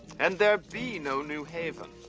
and there be no new haven.